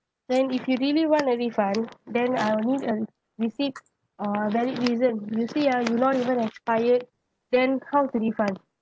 then if you really want a refund then I will need a receipt or valid reason you see ah you not even expired then how to refund